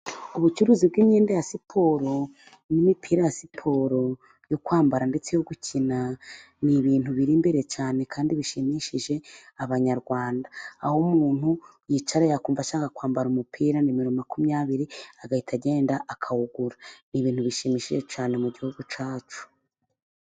Ubucuruzi bw'imyenda ya siporo n'imipira ya siporo yo kwambara, ndetse no gukina ni ibintu biri imbere cyane kandi bishimishije Abanyarwanda, aho umuntu yicara yakumva ashaka kwambara umupira nimero makumyabiri, agahita agenda akawugura, ni ibintu bishimishije cyane mu gihugu cyacu.